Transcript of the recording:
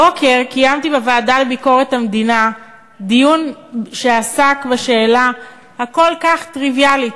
הבוקר קיימתי בוועדה לביקורת המדינה דיון שעסק בשאלה הכל-כך טריוויאלית,